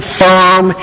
firm